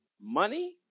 money